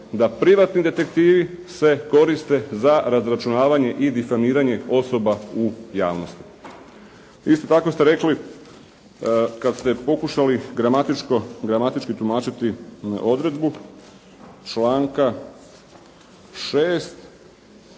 da privatni detektivi se koriste za razračunavanje …/Govornik se ne razumije./… osoba u javnosti. Isto tako ste rekli kad ste pokušali gramatičko, gramatički tumačiti odredbu članka 6.